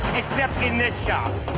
except in this shop.